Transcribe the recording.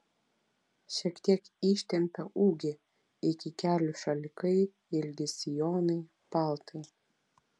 šiek tiek ištempia ūgį iki kelių šalikai ilgi sijonai paltai